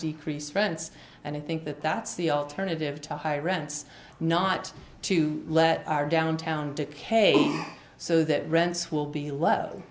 decrease rents and i think that that's the alternative to high rents not to let our downtown decay so that rents will be l